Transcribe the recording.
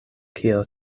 kiel